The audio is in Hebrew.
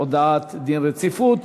הודעת דין רציפות.